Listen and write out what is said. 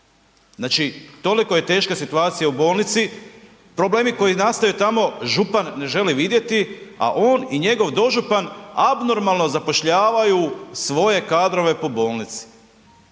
Znači toliko je teška situacija u bolnici. Problemi koji nastaju tamo župan ne želi vidjeti, a on i njegov dožupan abnormalno zapošljavaju svoje kadrove po bolnici.